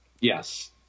Yes